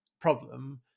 problem